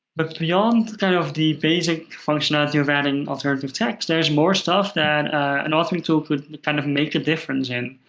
but beyond kind of the basic functionality of adding alternative text, there's more stuff that an authoring tool could kind of make a difference in.